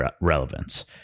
relevance